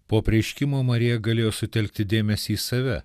po apreiškimo marija galėjo sutelkti dėmesį į save